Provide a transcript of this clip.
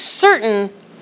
certain